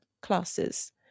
classes